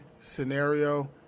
scenario